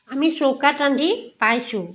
আমি চৌকাত ৰান্ধি পাইছোঁ